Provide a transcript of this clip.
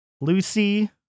Lucy